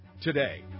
Today